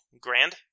grand